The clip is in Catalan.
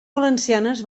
valencianes